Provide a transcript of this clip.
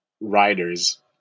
riders